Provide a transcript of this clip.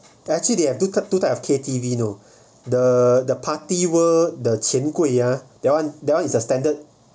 actually they have two type two type of K_T_V you know the the party world the 前柜 ah that one that one is a standard